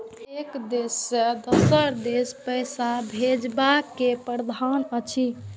एक देश से दोसर देश पैसा भैजबाक कि प्रावधान अछि??